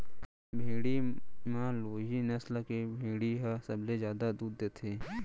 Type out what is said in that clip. भेड़ी म लोही नसल के भेड़ी ह सबले जादा दूद देथे